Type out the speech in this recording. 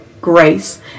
grace